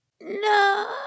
No